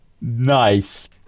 Nice